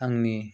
आंनि